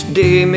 day